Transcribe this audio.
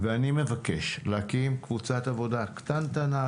אני מבקש להקים קבוצת עבודה קטנטנה,